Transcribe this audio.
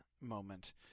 moment